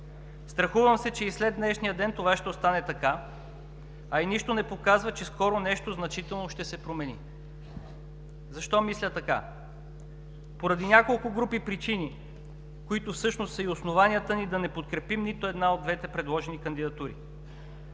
Страхувам се, че и след днешния ден това ще остане така, а и нищо не показва, че скоро нещо значително ще се промени. Защо мисля така? Поради няколко групи причини, които всъщност са и основанията ни да не подкрепим нито една от двете предложени кандидатури.